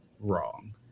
wrong